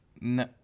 No